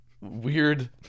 weird